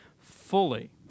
fully